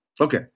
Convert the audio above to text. Okay